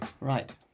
right